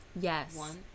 Yes